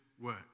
work